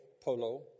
Polo